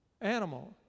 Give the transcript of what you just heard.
animal